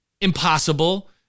impossible